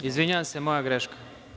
Izvinjavam se, moja greška.